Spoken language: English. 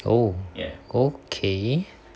oh oh okay